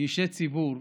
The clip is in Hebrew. כאישי ציבור,